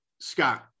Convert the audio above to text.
Scott